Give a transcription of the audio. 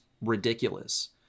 ridiculous